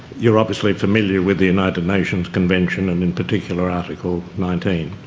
you're obviously familiar with the united nations convention and in particular article nineteen.